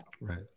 right